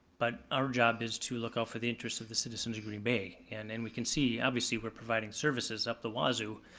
but our job is to look out for the interest of the citizens of green bay. and then and we can see, obviously we're providing services up the wazoo,